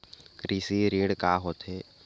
कृषि ऋण का होथे?